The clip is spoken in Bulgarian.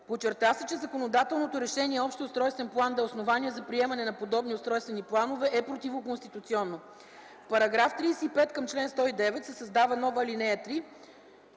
Подчерта се, че законодателното решение общия устройствен план да е основание за приемане на подробни устройствени планове е противоконституционно. В § 35 към чл. 109 се създава нова ал. 3,